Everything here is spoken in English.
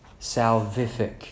salvific